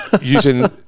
Using